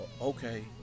Okay